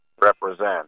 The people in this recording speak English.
represent